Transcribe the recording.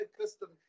custom